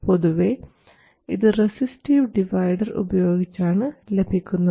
പൊതുവേ ഇത് resistive divider ഉപയോഗിച്ചാണ് ലഭിക്കുന്നത്